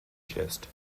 gist